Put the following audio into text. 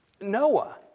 Noah